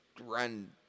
run